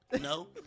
No